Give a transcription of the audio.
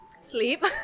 sleep